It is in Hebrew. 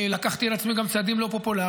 לקחתי על עצמי גם צעדים לא פופולריים.